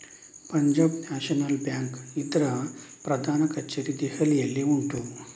Punjab National Bank ಇದ್ರ ಪ್ರಧಾನ ಕಛೇರಿ ದೆಹಲಿಯಲ್ಲಿ ಉಂಟು